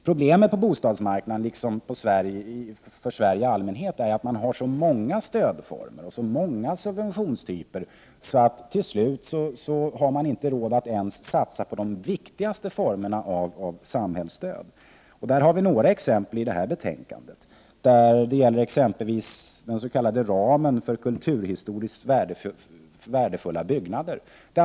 Problemet på bostadsmarknaden liksom i Sverige i allmänhet är att man har så många stödformer och så många subventionstyper, att man till slut inte har råd att satsa på de viktigaste formerna av samhällsstöd. Vi ger i detta betänkande några exempel på det. Det gäller t.ex. den s.k. ramen för kulturhistoriskt värdefulla byggnader.